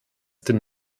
den